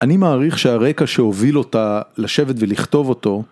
אני מעריך שהרקע שהוביל אותה לשבת ולכתוב אותו